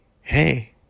Hey